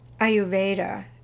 Ayurveda